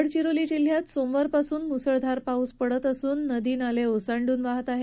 गडचिरोली जिल्ह्यात सोमवारपासून मुसळधार पाऊस पडत असल्याने नदी नाले ओसंडून वाहत आहेत